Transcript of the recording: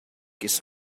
his